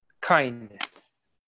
kindness